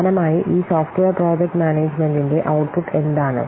സമാനമായി ഈ software project മാനേജ്മെന്റിന്റെ ഔട്ട്പുട്ട് എന്താണ്